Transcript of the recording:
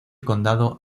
condado